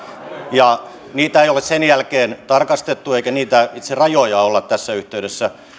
ja niitä ei ole sen jälkeen tarkastettu eikä niitä rajoja olla tässä yhteydessä